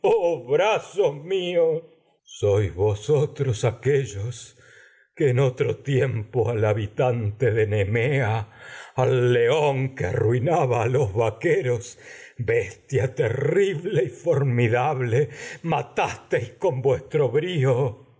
míos sois vosotros aque al león en otro tiempo al habitante de nemea a que arruinaba los vaqueros bestia terrible y formi dable mataisteis con vuestro brío